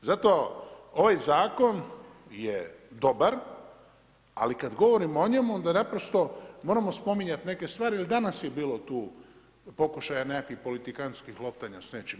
I zato ovaj zakon je dobar, ali kad govorimo o njemu onda naprosto moramo spominjati neke stvari jer danas je bilo tu pokušaja nekakvih politikantskih loptanja sa nečim.